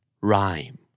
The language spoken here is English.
Rhyme